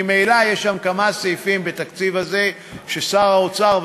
ממילא יש כמה סעיפים בתקציב הזה ששר האוצר,